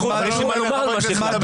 אבל יש לי מה לומר על מה שהחלטת.